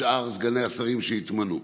גם לשאר סגני השרים שיתמנו.